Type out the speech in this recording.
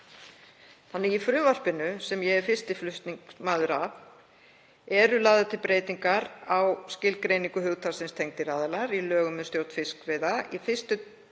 hana. Í frumvarpinu, sem ég er fyrsti flutningsmaður að, eru lagðar til breytingar á skilgreiningu hugtaksins „tengdir aðilar“ í lögum um stjórn fiskveiða.